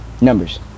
Numbers